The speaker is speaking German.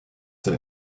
der